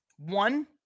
One